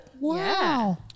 Wow